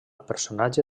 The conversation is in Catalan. personatge